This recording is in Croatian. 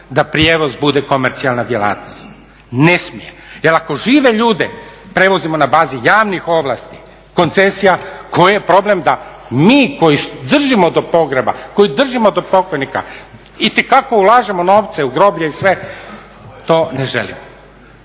da prijevoz bude komercijalna djelatnost, ne smije. Jel ako žive ljude prevozimo na bazi javnih ovlasti, koncesija koji je problem da mi koji držimo do pogreba, koji držimo do pokojnika itekako ulažemo u novce u groblje i sve to ne želimo.